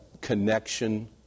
connection